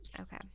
Okay